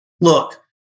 look